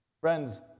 Friends